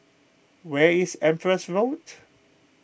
where is Empress Road